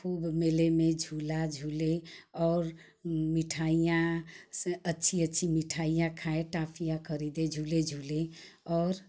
खूब झूले में झूला झूले और मिठाइयाँ अच्छी अच्छी मिठाइयाँ खाये टॉफियाँ खरीदे झूले झूले और